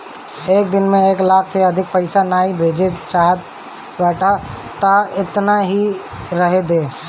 एक दिन में एक लाख से अधिका पईसा नाइ भेजे चाहत बाटअ तअ एतना ही रहे दअ